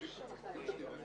ממילא הוא יצטרך להתייעץ עם